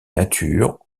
nature